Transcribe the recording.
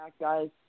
guys